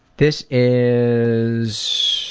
this is,